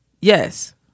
yes